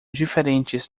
diferentes